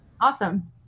Awesome